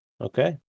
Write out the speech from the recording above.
Okay